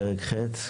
פרק ח',